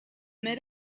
mid